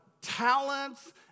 talents